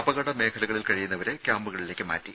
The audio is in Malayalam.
അപകട മേഖലകളിൽ കഴിയുന്നവരെ ക്യാമ്പുകളിലേക്ക് മാറ്റി